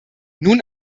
nun